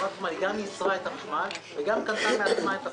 חברת חשמל גם ייצרה את החשמל וגם קנתה מעצמה את החשמל.